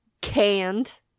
canned